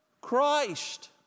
Christ